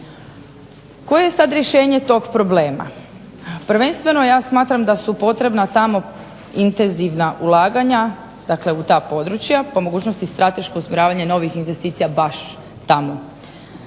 Koje je sad rješenje tog problema? Pa prvenstveno ja smatram da su potrebna ta intenzivna ulaganja, dakle u ta područja, po mogućnosti strateško usmjeravanje novih investicija baš tamo.